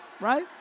right